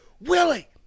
Willie